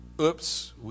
Oops